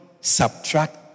subtract